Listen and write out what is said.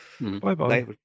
Bye-bye